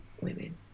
women